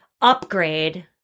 upgrade